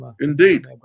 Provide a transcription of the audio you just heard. indeed